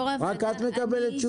רק את מקבלת תשובות?